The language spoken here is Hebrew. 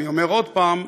אני אומר עוד פעם,